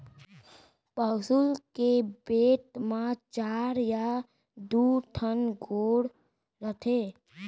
पौंसुल के बेंट म चार या दू ठन गोड़ रथे